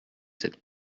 cette